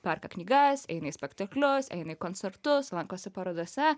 perka knygas eina į spektaklius eina į koncertus lankosi parodose